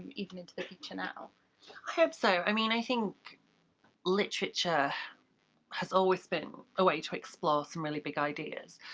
even into the future now? i hope so. i mean, i think literature has always been a way to explore some really big ideas,